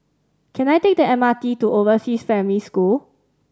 can I take the M R T to Overseas Family School